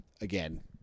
again